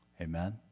Amen